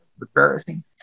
embarrassing